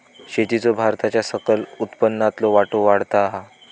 शेतीचो भारताच्या सकल उत्पन्नातलो वाटो वाढता हा